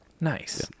Nice